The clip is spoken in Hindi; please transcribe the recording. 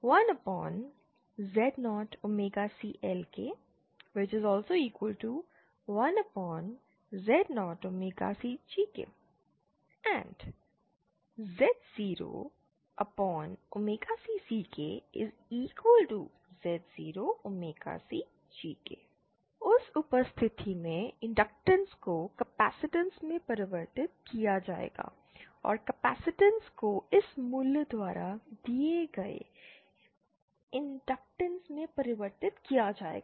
Ck1Z0cLk1Z0cgk and Z0cCkZ0cgk उस स्थिति में इंडक्टर्नस को कैपेसिटेंस में परिवर्तित किया जाएगा और कैपेसिटेंस को इस वैल्यू द्वारा दिए गए इंडक्टर्नस में परिवर्तित किया जाएगा